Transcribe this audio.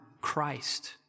Christ